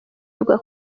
ivuga